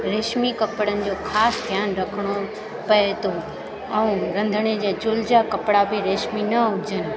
रेशमी कपिड़नि जो ख़ासि ध्यानु रखिणो पए थो ऐं रंधिणे जे चुल्ह जा कपिड़ा बि रेशमी न हुजनि